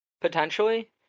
potentially